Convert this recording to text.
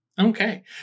Okay